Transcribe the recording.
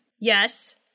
Yes